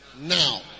now